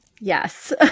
yes